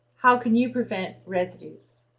how can you prevent residues?